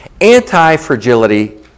Anti-fragility